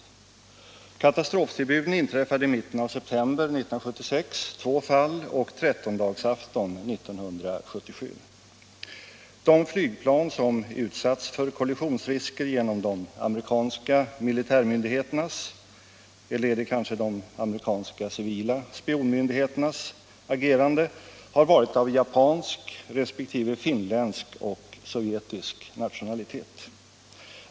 Två av katastroftillbuden inträffade i mitten av september 1976, ett på trettondagsafton 1977. De flygplan som utsatts för kollisionsrisker genom de amerikanska militärmyndigheternas — eller är det kanske de amerikanska civila spionmyndigheternas? — agerande har varit av japansk resp. finländsk och sovjetisk nationalitet.